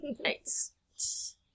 Nice